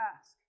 ask